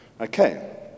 Okay